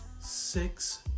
six